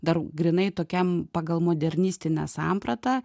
dar grynai tokiam pagal modernistinę sampratą